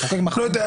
לא יודע,